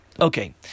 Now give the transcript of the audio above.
Okay